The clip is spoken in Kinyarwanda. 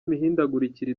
imihindagurikire